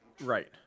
right